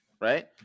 right